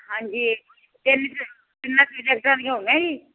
ਹਾਂਜੀ ਤਿੰਨ ਤਿੰਨਾਂ ਸਬਜੈਕਟਾਂ ਦੀਆਂ ਹੋਗੀਆਂ ਜੀ